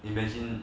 imagine